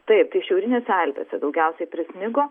taip tai šiaurinėse alpėse daugiausiai prisnigo